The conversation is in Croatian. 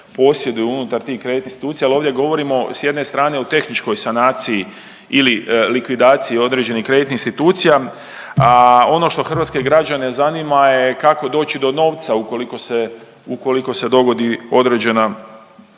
posjeduju unutar tih kreditnih institucija, ali ovdje govorimo s jedne strane o tehničkoj sanaciji ili likvidaciji određenih kreditnih institucija. Ono što hrvatske građane zanima je kako doći do novca ukoliko se dogodi određeni